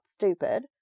stupid